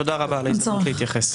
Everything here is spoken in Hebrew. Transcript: תודה רבה על ההזדמנות להתייחס.